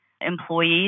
employees